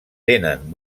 tenen